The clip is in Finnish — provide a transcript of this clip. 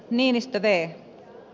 niinistö vei